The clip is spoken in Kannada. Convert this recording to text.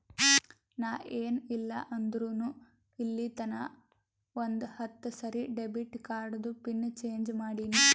ನಾ ಏನ್ ಇಲ್ಲ ಅಂದುರ್ನು ಇಲ್ಲಿತನಾ ಒಂದ್ ಹತ್ತ ಸರಿ ಡೆಬಿಟ್ ಕಾರ್ಡ್ದು ಪಿನ್ ಚೇಂಜ್ ಮಾಡಿನಿ